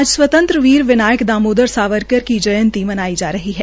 आज स्वतंत्र वीर विनायक दामोदर सावरकर की जयंती मनाई जा रही है